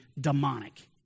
demonic